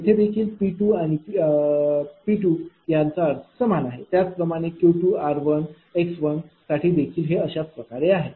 येथे देखील P2 आणि P चा अर्थ समान आहे त्याचप्रमाणे Q2 r1 x1साठी देखील हे अशाच प्रकारे आहे